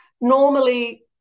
Normally